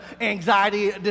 anxiety